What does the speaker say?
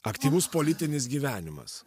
aktyvus politinis gyvenimas